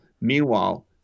meanwhile